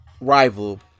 rival